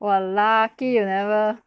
!wah! lucky you never